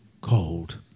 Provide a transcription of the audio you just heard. cold